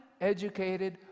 educated